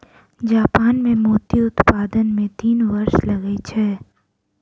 Japan मे मोती उत्पादन मे तीन वर्ष लगै छै